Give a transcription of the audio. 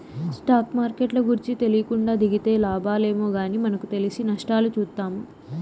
stock మార్కెట్ల గూర్చి తెలీకుండా దిగితే లాబాలేమో గానీ మనకు తెలిసి నష్టాలు చూత్తాము